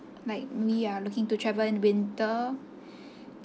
like maybe you are looking to travel in winter